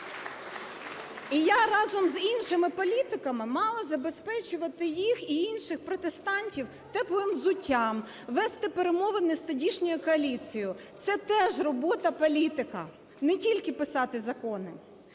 І я разом з іншими політиками мала забезпечувати їх і інших протестантів теплим взуттям, вести перемовини з тодішньою коаліцією – це теж робота політика, не тільки писати закони.